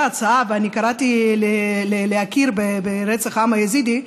הצעה ואני קראתי להכיר ברצח העם היזידי,